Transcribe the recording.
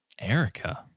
Erica